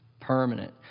Permanent